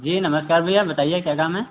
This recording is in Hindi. जी नमस्कार भैया बताइए क्या काम है